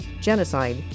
genocide